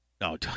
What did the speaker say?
No